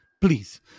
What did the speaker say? please